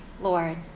Lord